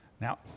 Now